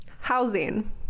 Housing